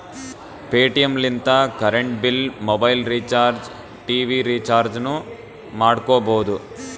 Paytm ಲಿಂತ current bill, mobile recharge, TV ರಿಚಾರ್ಜನೂ ಮಾಡ್ಕೋಬೋದು